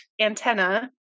antenna